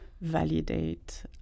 validate